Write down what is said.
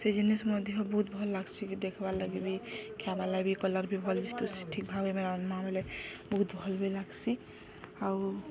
ସେ ଜିନିଷ୍ ମଧ୍ୟ ବହୁତ ଭଲ ଲାଗସି ଦେଖବାର୍ ଲାଗି ବି ଖାଇବାର୍ ଲାଗି କଲର୍ ବି ଭଲ୍ ତୁ ଠିକ୍ ଭାବେ ରାନ୍ଧବା ବଲେ ବହୁତ ଭଲ୍ ବି ଲାଗସି ଆଉ